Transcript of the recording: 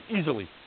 easily